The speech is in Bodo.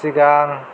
सिगां